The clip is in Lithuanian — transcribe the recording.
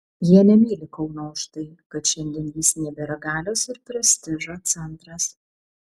jie nemyli kauno už tai kad šiandien jis nebėra galios ir prestižo centras